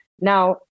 Now